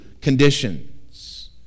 conditions